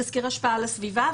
תסקיר השפעה על הסביבה,